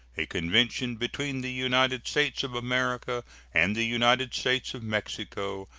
a convention between the united states of america and the united states of mexico,